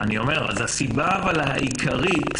הסיבה העיקרית,